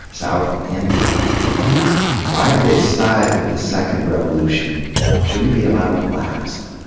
south and north why did they decide that the second revolution shouldn't be allowed to last?